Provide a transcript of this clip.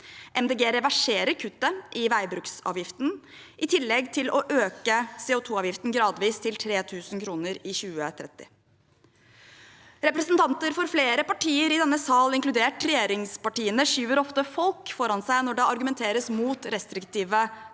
reverserer kuttet i veibruksavgiften i tillegg til å øke CO2avgiften gradvis til 3 000 kr i 2030. Representanter for flere partier i denne sal, inkludert regjeringspartiene, skyver ofte folk foran seg når det argumenteres mot restriktive